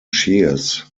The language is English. shears